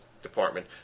department